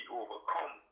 overcome